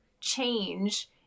change